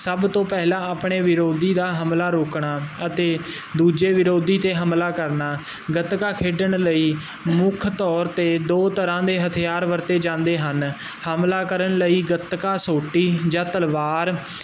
ਸਭ ਤੋਂ ਪਹਿਲਾਂ ਆਪਣੇ ਵਿਰੋਧੀ ਦਾ ਹਮਲਾ ਰੋਕਣਾ ਅਤੇ ਦੂਜੇ ਵਿਰੋਧੀ ਤੇ ਹਮਲਾ ਕਰਨਾ ਗਤਕਾ ਖੇਡਣ ਲਈ ਮੁੱਖ ਤੌਰ ਤੇ ਦੋ ਤਰ੍ਹਾਂ ਦੇ ਹਥਿਆਰ ਵਰਤੇ ਜਾਂਦੇ ਹਨ ਹਮਲਾ ਕਰਨ ਲਈ ਗਤਕਾ ਸੋਟੀ ਜਾਂ ਤਲਵਾਰ